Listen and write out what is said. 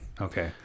okay